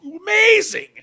amazing